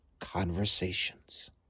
Conversations